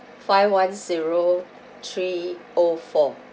five one zero three O four